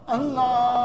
Allah